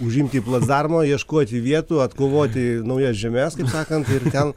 užimti placdarmą ieškoti vietų atkovoti naujas žemes kaip sakant ten